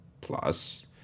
Plus